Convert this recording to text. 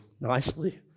nicely